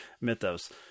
mythos